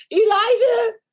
Elijah